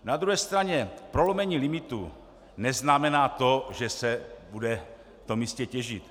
Na druhé straně prolomení limitů neznamená to, že se bude v tom místě těžit.